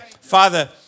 Father